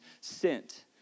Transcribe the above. sent